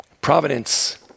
Providence